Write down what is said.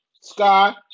Sky